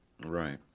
Right